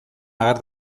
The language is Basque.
ager